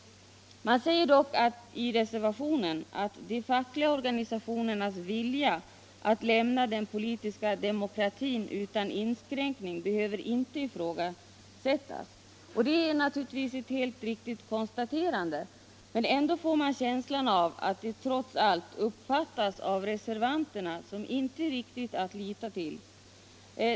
Man säger dock i reservationen: ”De fackliga organisationernas vilja att lämna den politiska demokratin utan inskränkning behöver inte ifrågasättas.” Det är naturligtvis ett helt riktigt konstaterande. Ändå får man känslan av att det trots allt av reservanterna uppfattas som inte riktigt att lita till.